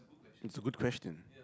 it's a good question